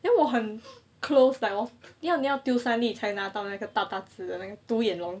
then 我很 closed off 你要你要丢三粒才拿到那个大大只的那个独眼龙:ni yao ni yao diu san li cai na dao na ge da da zhi dena ge du yan long